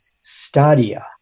stadia